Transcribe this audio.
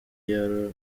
iyo